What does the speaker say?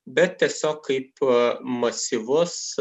bet tiesiog kaip masyvus